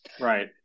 Right